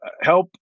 help